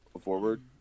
forward